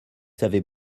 savez